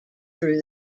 through